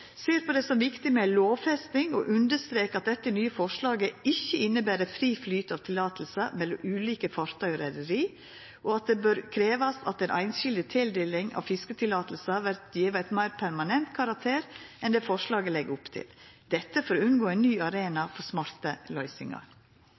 ser det som viktig med lovfesting og understrekar at dette nye forslaget ikkje inneber «fri flyt» av løyve mellom ulike fartøy og reiarlag, og at det bør krevjast at den einskilde tildelinga av fiskeløyve vert gjeve ein meir permanent karakter enn det forslaget legg opp til – dette for å unngå ein ny arena